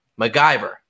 MacGyver